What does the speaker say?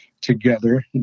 together